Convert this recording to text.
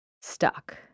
stuck